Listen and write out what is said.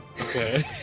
Okay